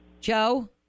Joe